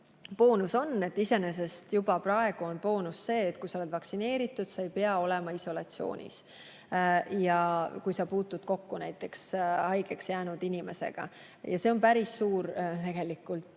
veel ees. Iseenesest juba praegu on boonus see, et kui sa oled vaktsineeritud, siis sa ei pea olema isolatsioonis, kui sa puutud kokku näiteks haigeks jäänud inimesega. See on päris suur soodustus,